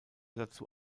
dazu